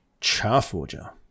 Charforger